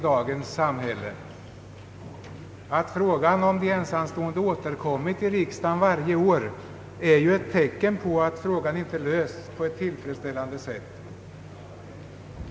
Det faktum att frågan om de ensamstående återkommit i riksdagen varje år är ett tecken på att den inte lösts på ett tillfredsställande sätt.